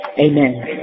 Amen